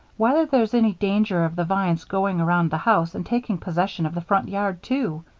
whether there's any danger of the vine's going around the house and taking possession of the front yard, too.